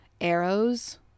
arrows